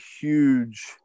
huge –